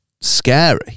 scary